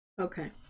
okay